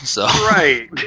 Right